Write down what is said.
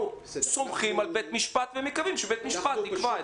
סומכים על בית המשפט ומקווים שבית המשפט יקבע.